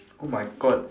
oh my god